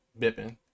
bipping